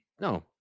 No